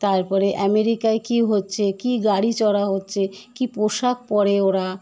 তার পরে আমেরিকায় কী হচ্ছে কী গাড়ি চড়া হচ্ছে কী পোশাক পরে ওরা